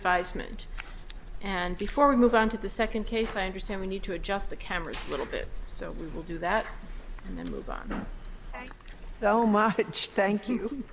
advisement and before we move on to the second case i understand we need to adjust the cameras a little bit so we will do that and then move on no no markets thank you